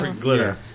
glitter